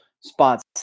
spots